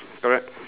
correct